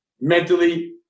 mentally